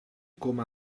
com